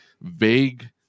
Vague